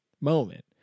moment